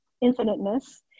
infiniteness